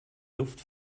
luft